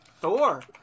Thor